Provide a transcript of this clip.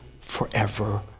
forever